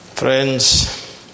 Friends